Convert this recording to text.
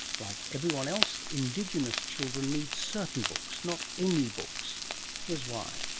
like everyone else indigenous children need certain books, not any books here's why.